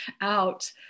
out